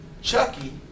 Chucky